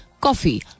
coffee